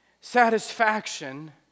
satisfaction